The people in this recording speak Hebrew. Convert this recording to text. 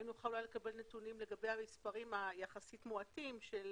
האם אפשר לקבל נתונים לגבי המספרים היחסית מועטים של